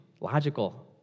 logical